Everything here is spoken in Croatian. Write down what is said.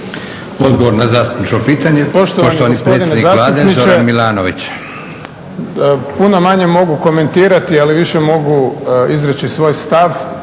Zoran (SDP)** Poštovani gospodine zastupniče puno manje mogu komentirati, ali više mogu izreći svoj stav